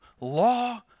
law